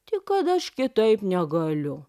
tik kad aš kitaip negaliu